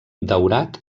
daurat